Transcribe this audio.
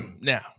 Now